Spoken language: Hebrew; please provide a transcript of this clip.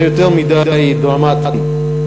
זה יותר מדי דרמטי,